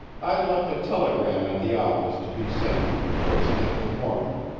i left a telegram at the office to be sent you the first thing in the morning,